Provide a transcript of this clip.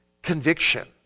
Conviction